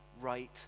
right